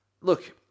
Look